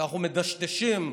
שאנחנו מדשדשים.